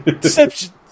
Deception